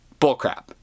Bullcrap